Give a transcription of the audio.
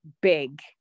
big